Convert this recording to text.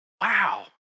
Wow